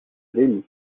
delhi